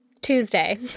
Tuesday